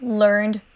learned